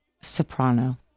soprano